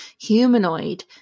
humanoid